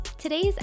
today's